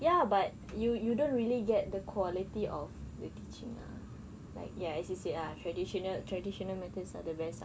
ya but you you don't really get the quality of the teaching ah like ya as you said ah traditional traditional methods are the best ah